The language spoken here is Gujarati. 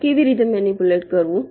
તો કેવી રીતે મેનીપુલેટ કરવું